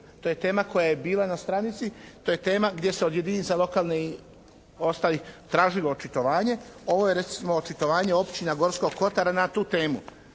to je tema koja je bila na stranici, to je tema gdje se od jedinica lokalne i ostalih, tražilo očitovanje. Ovo je recimo očitovanje Općine Gorskog Kotara na tu temu.